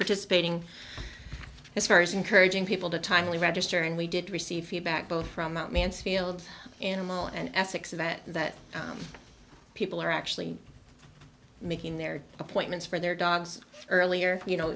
participating as far as encouraging people to timely register and we did receive feedback both from mansfield animal and essex that people are actually making their appointments for their dogs earlier you know